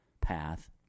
path